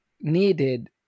needed